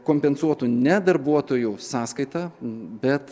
kompensuotų ne darbuotojų sąskaita bet